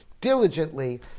diligently